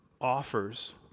offers